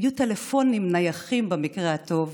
היו טלפונים נייחים במקרה הטוב